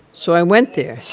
so i went there,